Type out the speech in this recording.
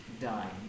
dying